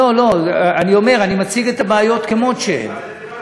לא, אני אומר, אני מציג את הבעיות כמות שהן.